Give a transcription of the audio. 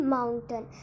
Mountain